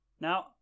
Now